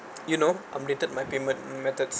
you know updated my payment methods